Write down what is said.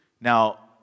Now